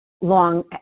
long